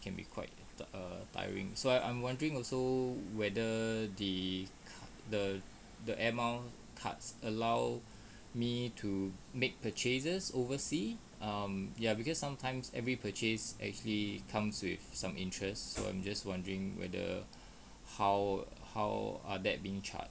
can be quite err tiring so I I'm wondering also whether the the the air miles cards allow me to make purchases oversea um ya because sometimes every purchase actually comes with some interest so I'm just wondering whether how how are that being charged